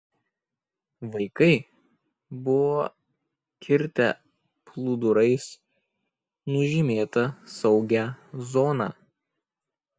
vaikai buvo kirtę plūdurais nužymėta saugią zoną